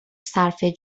صرفه